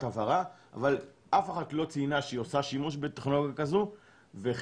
מטרה אבל אף אחת לא ציינה שהיא עושה שימוש בטכנולוגיה כזאת וחלקן,